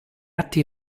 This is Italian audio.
atti